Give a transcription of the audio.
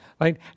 right